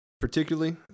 particularly